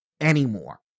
anymore